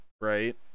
right